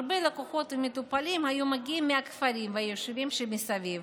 הרבה לקוחות ומטופלים היו מגיעים מהכפרים והיישובים מסביב,